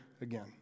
again